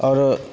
आओरो